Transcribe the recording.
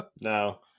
No